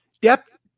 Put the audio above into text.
depth